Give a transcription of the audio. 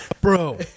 bro